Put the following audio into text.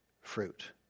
fruit